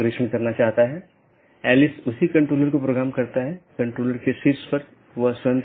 जैसा कि हमने पहले उल्लेख किया है कि विभिन्न प्रकार के BGP पैकेट हैं